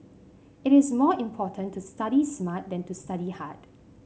it is more important to study smart than to study hard